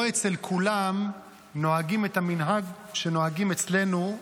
לא אצל כולם נוהגים את המנהג שנוהגים אצלנו,